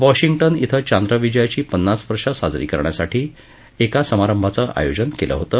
Washington इथं चांद्रविजयाची पन्नास वर्षे साजरी करण्यासाठी वॉशिंग्टन इथं एका समारंभाचं आयोजन केलं होतं